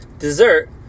dessert